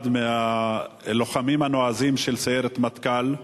אחד מהלוחמים הנועזים של סיירת מטכ"ל,